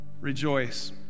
rejoice